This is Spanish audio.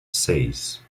seis